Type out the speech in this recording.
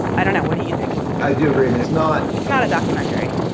i don't know. what do you think? i do agree that it's not it's not a documentary.